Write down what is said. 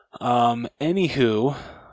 Anywho